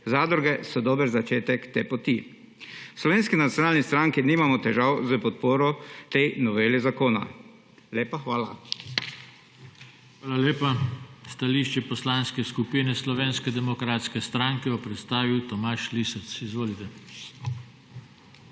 Zadruge so dober začetek te poti. V Slovenski nacionalni stranki nimamo težav s podporo tej noveli zakona. Lepa hvala. PODPREDSEDNIK JOŽE TANKO: Hvala lepa. Stališče Poslanske skupine Slovenske demokratske stranke bo predstavil Tomaž Lisec. Izvolite.